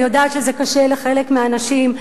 אני יודעת שזה קשה לחלק מהאנשים,